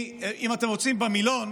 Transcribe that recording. אם אתם רוצים, במילון,